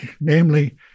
Namely